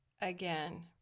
again